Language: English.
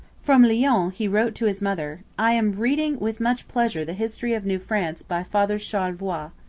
from lyons he wrote to his mother i am reading with much pleasure the history of new france by father charlevoix.